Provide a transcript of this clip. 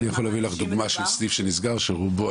אני יכול להביא לך דוגמא של סניף שנסגר שרובו,